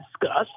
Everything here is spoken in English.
discuss